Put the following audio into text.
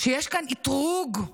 שיש כאן אתרוג של